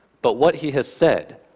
but what he has said.